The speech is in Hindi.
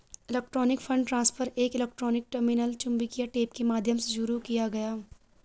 इलेक्ट्रॉनिक फंड ट्रांसफर एक इलेक्ट्रॉनिक टर्मिनल चुंबकीय टेप के माध्यम से शुरू किया गया